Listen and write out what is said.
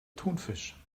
thunfisch